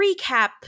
recap